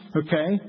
okay